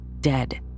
dead